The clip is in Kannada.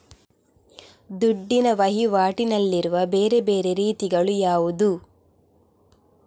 ದುಡ್ಡಿನ ವಹಿವಾಟಿನಲ್ಲಿರುವ ಬೇರೆ ಬೇರೆ ರೀತಿಗಳು ಯಾವುದು?